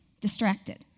Distracted